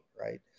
right